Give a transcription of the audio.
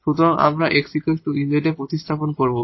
সুতরাং আমরা 𝑥 𝑒 𝑧 এই প্রতিস্থাপন করব